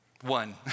One